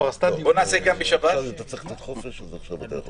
החוק), ובאישור ועדת